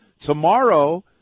Tomorrow